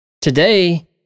Today